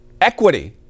Equity